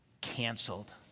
canceled